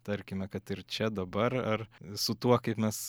tarkime kad ir čia dabar ar su tuo kaip mes